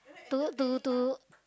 to to to